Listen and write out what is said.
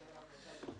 תודה רבה לכולם.